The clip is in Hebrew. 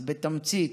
אז בתמצית,